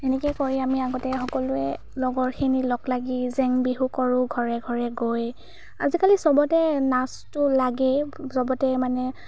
এনেকৈ কৰি আমি আগতে সকলোৱে লগৰখিনি লগ লাগি জেং বিহু কৰোঁ ঘৰে ঘৰে গৈ আজিকালি চবতেই নাচটো লাগেই চবতেই মানে